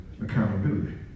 accountability